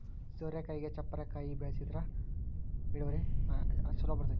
ಸೋರೆಕಾಯಿಗೆ ಚಪ್ಪರಾ ಹಾಕಿ ಬೆಳ್ಸದ್ರ ಇಳುವರಿ ಛಲೋ ಬರ್ತೈತಿ